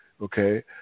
Okay